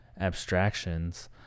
abstractions